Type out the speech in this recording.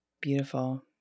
Beautiful